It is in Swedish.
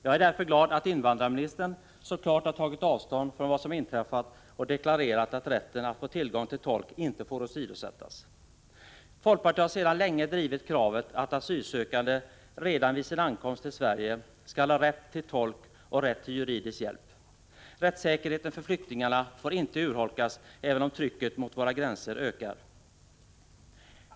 Jag är därför glad att invandrarministern så klart har tagit avstånd från vad som inträffat och deklarerat att rätten att få tillgång till tolk inte får åsidosättas. Folkpartiet har sedan länge drivit kravet att asylsökande redan vid sin ankomst till Sverige skall ha rätt till tolk och rätt till juridisk hjälp. Rättssäkerheten för flyktingarna får inte urholkas, även om trycket mot våra gränser ökar.